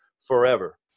forever